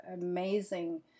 amazing